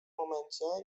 momencie